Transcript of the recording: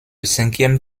cinquième